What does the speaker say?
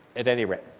at any rate.